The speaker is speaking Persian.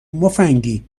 مفنگی